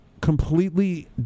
completely